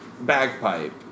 bagpipe